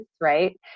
right